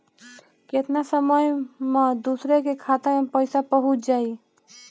केतना समय मं दूसरे के खाता मे पईसा पहुंच जाई?